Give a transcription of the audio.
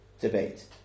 debate